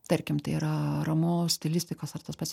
tarkim tai yra ramu stilistikos ar tas pats